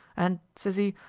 an', sezee,